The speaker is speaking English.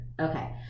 Okay